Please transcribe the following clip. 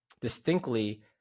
distinctly